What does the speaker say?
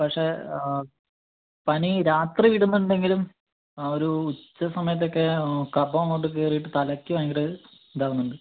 പക്ഷേ പനി രാത്രി വിടുന്നുണ്ടെങ്കിലും ആ ഒരു ഉച്ചസമയത്തൊക്കേ കഫം അങ്ങോട്ട് കയറിയിട്ട് തലക്ക് ഭയങ്കര ഇതാകുന്നുണ്ട്